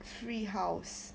free house